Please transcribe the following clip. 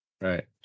Right